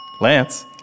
Lance